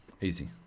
easy